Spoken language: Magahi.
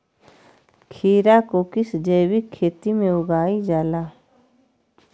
खीरा को किस जैविक खेती में उगाई जाला?